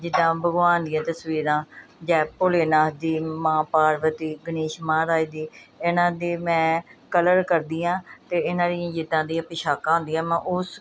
ਜਿੱਦਾ ਭਗਵਾਨ ਦੀਆਂ ਤਸਵੀਰਾਂ ਜੈ ਭੋਲੇਨਾਥ ਦੀ ਮਾਂ ਪਾਰਵਤੀ ਗਨੇਸ਼ ਮਹਾਰਾਜ ਦੀ ਇਹਨਾਂ ਦੀ ਮੈਂ ਕਲਰ ਕਰਦੀ ਆਂ ਤੇ ਇਹਨਾਂ ਦੀਆਂ ਜਿੱਦਾਂ ਦੀਆਂ ਪਿਛਾਕਾਂ ਹੁੰਦੀਆਂ ਮੈਂ ਉਸ